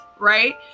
right